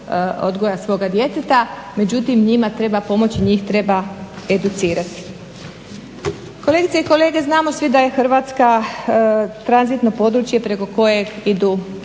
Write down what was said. odgoja svoga djeteta, međutim njima treba pomoći, njih treba educirati. Kolegice i kolege znamo svi da je Hrvatska tranzitno područje preko kojeg idu